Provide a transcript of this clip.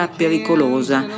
pericolosa